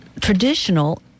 traditional